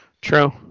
True